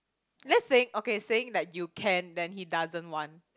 that's saying okay saying that you can then he doesn't want